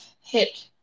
hit